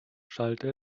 schallte